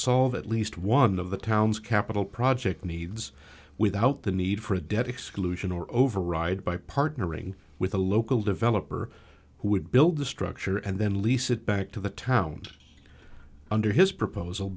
solve at least one of the town's capital project needs without the need for a debt exclusion or override by partnering with a local developer who would build the structure and then lease it back to the towns under his proposal